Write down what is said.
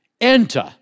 enter